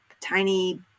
tiny